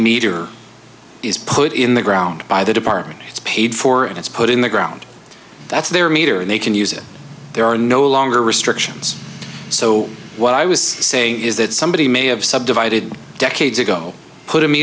meter is put in the ground by the department it's paid for and it's put in the ground that's there meter and they can use it there are no longer restrictions so what i was saying is that somebody may have subdivided decades ago put